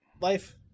life